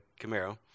Camaro